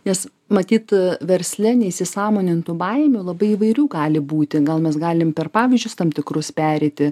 nes matyt versle neįsisąmonintų baimių labai įvairių gali būti gal mes galim per pavyzdžius tam tikrus pereiti